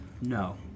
no